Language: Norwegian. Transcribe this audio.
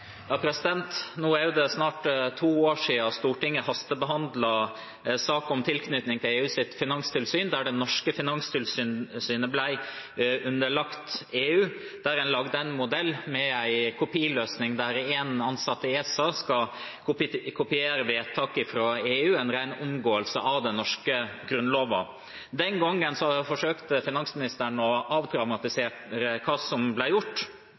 Nå er det snart to år siden Stortinget hastebehandlet en sak om tilknytning til EUs finanstilsyn, der det norske finanstilsynet ble underlagt EU, og en lagde en modell med en kopiløsning, der én ansatt i ESA skal kopiere vedtak fra EU – en ren omgåelse av den norske grunnloven. Den gangen forsøkte finansministeren å avdramatisere hva som ble gjort.